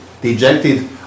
dejected